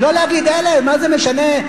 ולא להגיד: מה זה משנה,